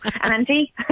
Andy